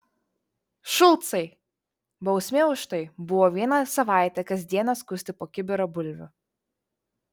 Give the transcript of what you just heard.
šulcai bausmė už tai buvo vieną savaitę kas dieną skusti po kibirą bulvių